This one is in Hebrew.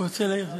אדוני היושב-ראש,